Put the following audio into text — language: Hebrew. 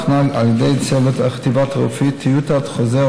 הוכנה על ידי צוות החטיבה הרפואית טיוטת חוזר